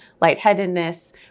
lightheadedness